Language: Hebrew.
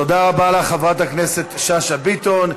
תודה רבה לך, חברת הכנסת שאשא ביטון.